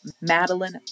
Madeline